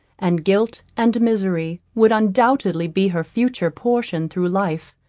and guilt and misery would undoubtedly be her future portion through life.